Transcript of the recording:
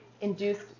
induced